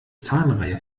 zahnreihe